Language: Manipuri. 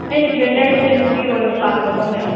ꯑꯩꯅ ꯇ꯭ꯔꯦꯅꯔꯁꯦ ꯅꯨꯄꯤ ꯑꯣꯏꯕ ꯄꯥꯝꯕꯀꯣ ꯃꯦꯝ